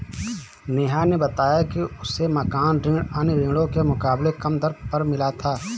नेहा ने बताया कि उसे मकान ऋण अन्य ऋणों के मुकाबले कम दर पर मिला था